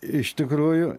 iš tikrųjų